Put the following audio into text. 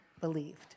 believed